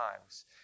times